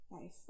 Nice